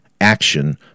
action